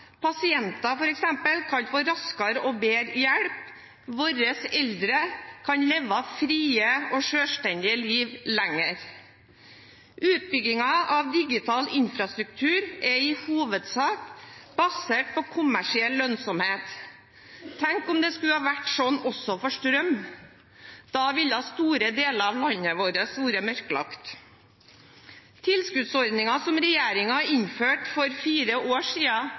Pasienter kan f.eks. få raskere og bedre hjelp, våre eldre kan leve et fritt og selvstendig liv lenger. Utbyggingen av digital infrastruktur er i hovedsak basert på kommersiell lønnsomhet. Tenk om det skulle vært sånn også for strøm – da ville store deler av landet vårt vært mørklagt. Tilskuddsordningen som regjeringen innførte for fire år